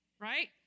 right